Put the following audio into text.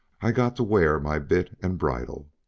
i got to wear my bit and bridle.